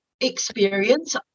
experience